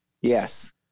Yes